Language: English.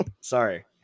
Sorry